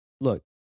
look